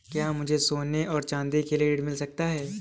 क्या मुझे सोने और चाँदी के लिए ऋण मिल सकता है?